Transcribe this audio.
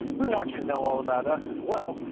we want you to know all about us as well,